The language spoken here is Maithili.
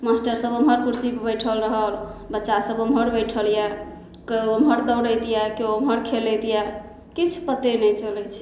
मास्टर सभ उमहर कुर्सी पर बैठल रहल बच्चा सभ उमहर बैठल यऽ कोइ उमहर दौड़ैत यऽ कोइ उमहर खेलैत यऽ किछु पते नहि चलै छै